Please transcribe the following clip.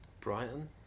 Brighton